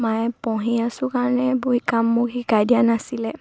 মায়ে পঢ়ি আছোঁ কাৰণে বহু কাম মোক শিকাই দিয়া নাছিলে